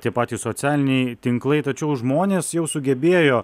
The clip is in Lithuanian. tie patys socialiniai tinklai tačiau žmonės jau sugebėjo